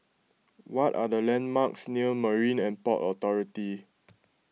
what are the landmarks near Marine and Port Authority